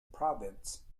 provence